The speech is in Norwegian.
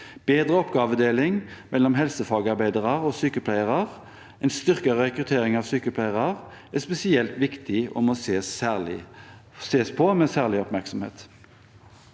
Bedre oppgavedeling mellom helsefagarbeidere og sykepleiere og en styrket rekruttering av sykepleiere er spesielt viktig og må ses på med særlig oppmerksomhet.